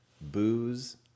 booze